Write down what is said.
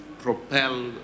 propel